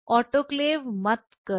autoclave मत करो